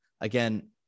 again